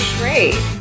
great